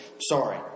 sorry